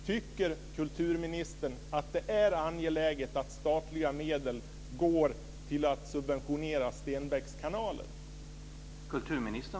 Tycker kulturministern att det är angeläget att statliga medel går till att subventionera Stenbeckkanaler?